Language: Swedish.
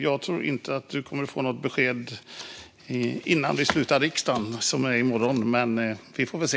Jag tror inte att ledamoten kommer att få besked innan riksdagen slutar i morgon. Men vi får se!